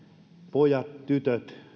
pojat ja tytöt